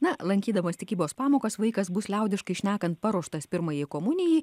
na lankydamas tikybos pamokas vaikas bus liaudiškai šnekant paruoštas pirmajai komunijai